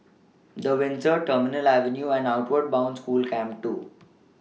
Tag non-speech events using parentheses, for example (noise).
(noise) The Windsor Terminal Avenue and Outward Bound School Camp two